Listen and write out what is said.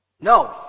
No